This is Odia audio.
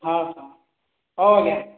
ହଁ ହଁ ହଉ ଆଜ୍ଞା